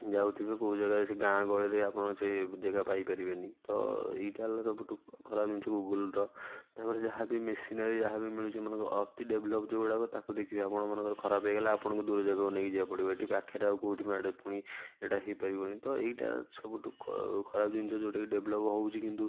ଯାଉଥିବେ କେଉଁ ଜାଗାରେ ସେ ଗାଁଗହଳିରେ ଆପଣ ସେ ଜାଗା ପାଇପାରିବେନି ତ ଏଇଟା ହେଲା ସବୁଠୁ ଖରାପ୍ ଜିନ୍ସ ଗୁଗୁଲ୍ର ତା'ପରେ ଯାହାବି ମେସିନାରୀ ଯାହାବି ମିଳୁଛି ମନେକର ଅତି ଡେଭଲପ୍ ଯେଉଁଗୁଡ଼ାକ ତାକୁ ଦେଖି ଆପଣ ମାନଙ୍କର ଖରାପ ହୋଇଗଲା ଆପଣଙ୍କୁ ଦୂର ଜାଗାକୁ ନେଇକି ଯିବାକୁ ପଡ଼ିବ ଏଠି ପାଖରେ ଆଉ କେଉଁଠି ଏଇଟା ପୁଣି ହେଇପାରିବନି ତ ଏଇଟା ସବୁଠୁ ଖରାପ ଜିନଷ ଯେଉଁଟାକି ଡେଭଲପ୍ ହେଉଛି କିନ୍ତୁ